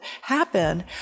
happen